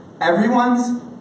Everyone's